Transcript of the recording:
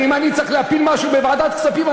ואם אני צריך להפיל משהו בוועדת הכספים,